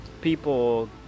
people